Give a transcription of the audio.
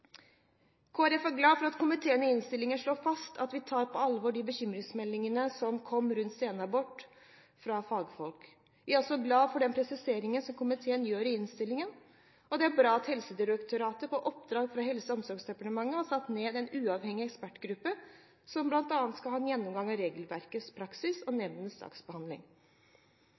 Folkeparti er glad for at komiteen i innstillingen slår fast at vi tar på alvor de bekymringsmeldingene rundt senaborter som kom fra fagfolk. Vi er også glad for de presiseringene som komiteen gjør i innstillingen. Det er bra at Helsedirektoratet, på oppdrag fra Helse- og omsorgsdepartementet, har satt ned en uavhengig ekspertgruppe som bl.a. skal gjennomgå regelverk, praksis og nemndenes saksbehandling.